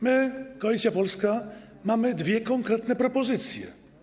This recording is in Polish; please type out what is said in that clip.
My, Koalicja Polska, mamy dwie konkretne propozycje.